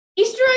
Easter